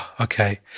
okay